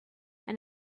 and